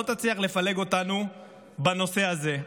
לא תצליח לפלג אותנו בנושא הזה.